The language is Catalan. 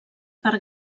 per